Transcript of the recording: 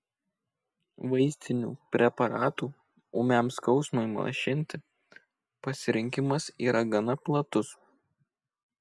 vaistinių preparatų ūmiam skausmui malšinti pasirinkimas yra gana platus